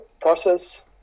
process